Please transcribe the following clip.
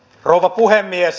rouva puhemies